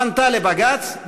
פנתה לבג"ץ.